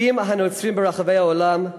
עם הנוצרים ברחבי העולם,